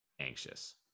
anxious